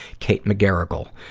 kate mcgarrigle.